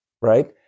Right